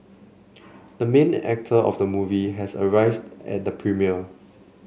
the main actor of the movie has arrived at the premiere